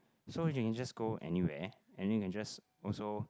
so you can just go anywhere and then you can just also